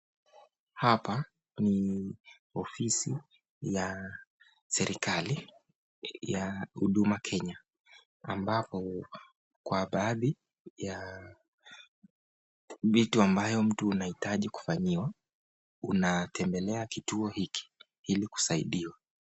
Hapa ni ofisi ya serekali ya huduma kenya ambapo kwa baadhi ya vitu ambayo mtu anahitaji kufanyiwa unatembelea kituo hiki ili kuwaidiwa.